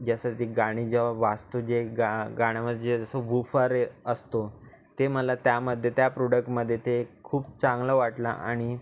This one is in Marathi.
जसं ती गाणी जेव्हा वाजतो जे गा गाण्यामधे जे जसं गुफारे असतो ते मला त्यामध्ये त्या प्रोडकमधे ते खूप चांगलं वाटला आणि